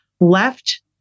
left